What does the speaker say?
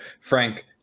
Frank